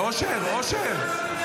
--- אושר, אושר.